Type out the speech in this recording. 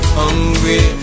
hungry